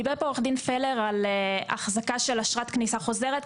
דיבר עורך דין פלר על אחזקה של אשרת כניסה חוזרת.